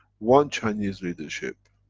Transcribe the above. one chinese leadership.